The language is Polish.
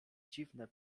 dziwne